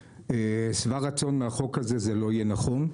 שבע רצון מהחוק הזה זה לא יהיה נכון.